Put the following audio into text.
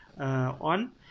on